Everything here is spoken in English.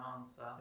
answer